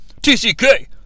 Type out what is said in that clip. TCK